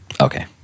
Okay